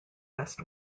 west